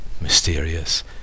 mysterious